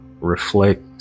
reflect